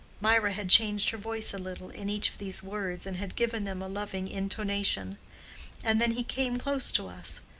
mirah had changed her voice a little in each of these words and had given them a loving intonation and then he came close to us.